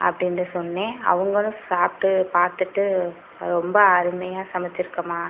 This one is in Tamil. அப்படின்ட்டு சொன்னேன் அவங்களும் சாப்பிட்டு பார்த்துட்டு ரொம்ப அருமையாக சமைத்திருக்கமா